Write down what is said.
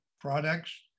products